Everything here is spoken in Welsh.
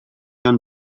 ond